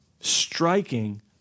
striking